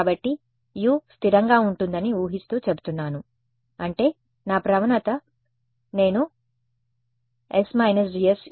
కాబట్టి U స్థిరంగా ఉంటుందని ఊహిస్తూ చెబుతున్నాను అంటే నా ప్రవణత నేను ||s − GS Ux||